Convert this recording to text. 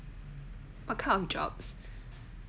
what kind of jobs